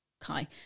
Kai